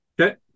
Okay